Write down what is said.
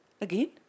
again